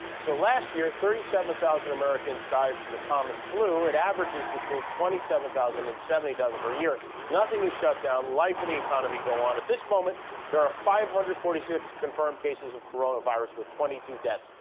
so last year thirty seven thousand americans died from the common flu. it averages between twenty seven thousand and seventy thousand per year. nothing is shut down. life and the economy go on. at this moment there are five hundred and forty six confirmed cases of coronavirus with twenty two deaths.